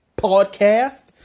podcast